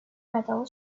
metal